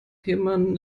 jemanden